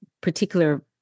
particular